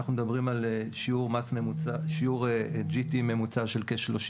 אנחנו מדברים על שיעורGT ממוצע של כ-36%,